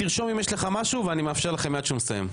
תרשום אם יש לך משהו ואני מאפשר לכם מיד כשהוא מסיים.